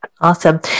Awesome